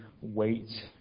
wait